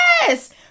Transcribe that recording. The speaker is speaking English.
yes